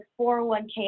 401k